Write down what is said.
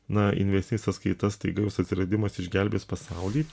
na investinė sąskaita staiga jos atsiradimas išgelbės pasaulį